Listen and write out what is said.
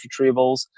retrievals